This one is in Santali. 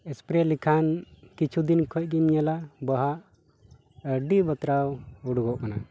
ᱮᱥᱯᱨᱮ ᱞᱮᱠᱷᱟᱱ ᱠᱤᱪᱷᱩ ᱫᱤᱱ ᱠᱷᱚᱡ ᱜᱤᱧ ᱧᱮᱞᱟ ᱵᱟᱦᱟ ᱟᱹᱰᱤ ᱵᱟᱛᱨᱟᱣ ᱩᱰᱩᱜᱚᱜ ᱠᱟᱱᱟ